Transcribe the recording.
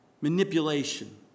Manipulation